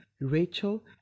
rachel